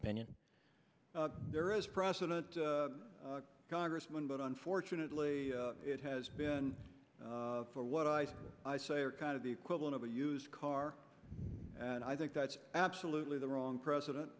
opinion there is precedent congressman but unfortunately it has been for what i say are kind of the equivalent of a used car and i think that's absolutely the wrong president